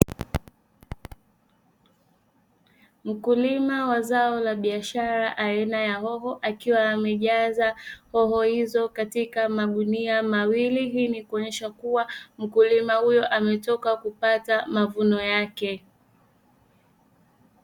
Mkulima wa zao la biashara aina ya hoho. Akiwa amejaza hoho hizo katika magunia mawili, hii ni kuonesha kuwa mkulima huyo ametoka kupata mavuno yake.